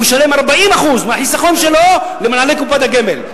הוא משלם 40% מהחיסכון שלו למנהלי קופות הגמל.